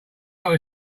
ought